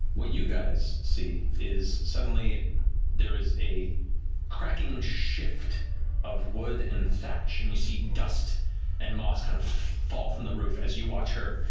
what you guys see is suddenly there is a cracking shift of wood and thatch, and you see dust and moss kind of fall from the roof, as you watch her